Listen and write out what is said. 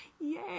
Yay